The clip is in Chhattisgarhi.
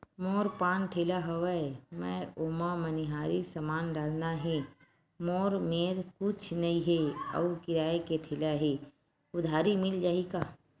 मोर पान ठेला हवय मैं ओमा मनिहारी समान डालना हे मोर मेर कुछ नई हे आऊ किराए के ठेला हे उधारी मिल जहीं का?